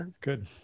Good